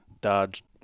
dodge